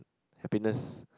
happiness